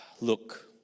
Look